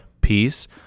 peace